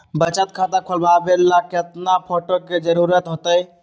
बचत खाता खोलबाबे ला केतना फोटो के जरूरत होतई?